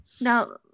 Now